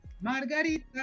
Margarita